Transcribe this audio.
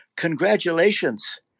congratulations